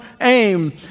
aim